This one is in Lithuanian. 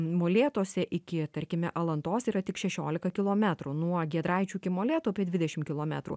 molėtuose iki tarkime alantos yra tik šešiolika kilometrų nuo giedraičių iki molėtų apie dvidešim kilometrų